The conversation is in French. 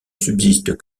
subsiste